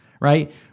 right